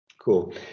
Cool